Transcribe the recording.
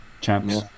champs